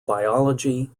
biology